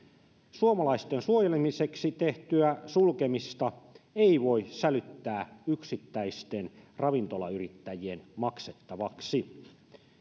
suomalaisten suojelemiseksi tehtyä sulkemista ei voi sälyttää yksittäisten ravintolayrittäjien maksettavaksi